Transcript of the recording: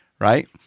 right